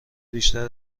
بیشتر